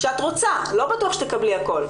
שאת רוצה, לא בטוח שתקבלי את הכל.